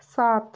সাত